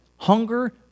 Hunger